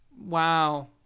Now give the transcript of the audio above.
Wow